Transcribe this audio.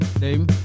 name